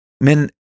Men